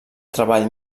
treball